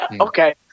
okay